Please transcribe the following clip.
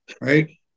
right